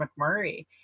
McMurray